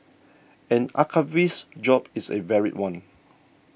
an archivist's job is a varied one